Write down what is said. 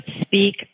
speak